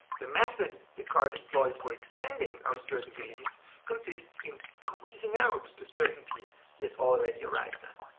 the method descartes employs for extending our certain beliefs consists in squeezing out the certainties he has already arrived at.